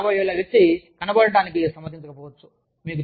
లేదా మీరు 50 ఏళ్ల వ్యక్తి కనబడడానికి సమ్మతించక పోవచ్చు